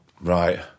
right